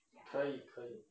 可以可以